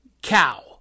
cow